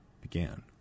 began